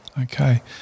Okay